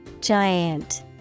Giant